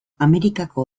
amerikako